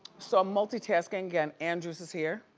so i'm multi-tasking again. andrews is here.